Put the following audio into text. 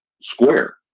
square